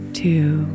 two